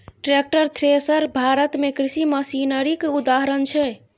tractor, thresher Bharat मे कृषि मशीनरीक उदाहरण छै